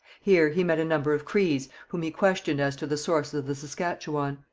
here he met a number of crees, whom he questioned as to the source of the saskatchewan.